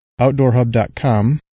outdoorhub.com